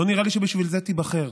לא נראה לי שבשביל זה תיבחר.